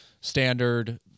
standard